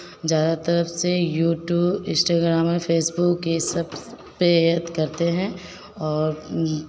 ज़्यादातर से YouTube Instagram और फेसबुक ये सब प्रेरित करते हैं और